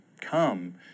come